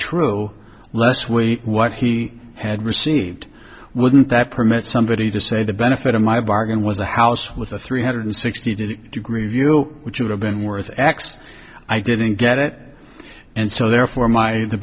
true less we what he had received wouldn't that permit somebody to say the benefit of my bargain was the house with a three hundred sixty to the degree view which would have been worth x i didn't get it and so therefore my the